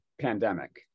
pandemic